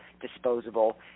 disposable